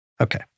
Okay